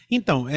Então